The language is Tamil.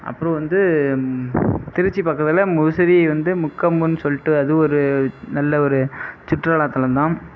அப்புறம் வந்து திருச்சி பக்கத்தில் முசிறி வந்து முக்கொம்புனு சொல்லிட்டு அது ஒரு நல்ல ஒரு சுற்றுலாத்தலம்தான்